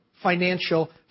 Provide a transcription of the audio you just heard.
Financial